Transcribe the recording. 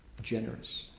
generous